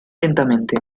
lentamente